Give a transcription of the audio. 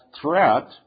threat